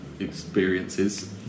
experiences